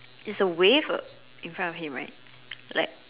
it's a wave in front of him right like